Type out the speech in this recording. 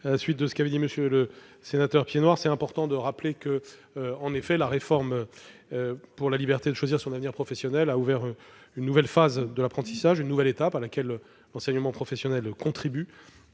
à la suite des propos de M. le sénateur Piednoir. Il est en effet important de rappeler que la réforme pour la liberté de choisir son avenir professionnel a ouvert une nouvelle phase de l'apprentissage, une nouvelle étape, à laquelle l'enseignement professionnel contribue.